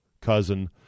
cousin